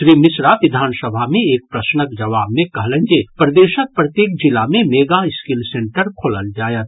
श्री मिश्रा विधान सभा मे एक प्रश्नक जवाब मे कहलनि जे प्रदेशक प्रत्येक जिला मे मेगा स्किल सेन्टर खोलल जायत